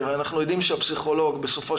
כי הרי אנחנו יודעים שהפסיכולוג בסופו